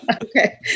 Okay